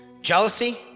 Jealousy